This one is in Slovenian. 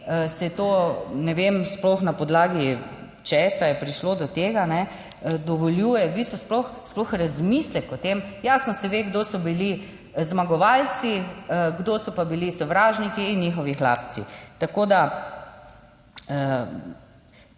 se to, ne vem sploh na podlagi česa je prišlo do tega, dovoljuje. V bistvu sploh razmislek o tem. Jasno se ve kdo so bili zmagovalci, kdo so pa bili sovražniki in njihovi hlapci. Tako da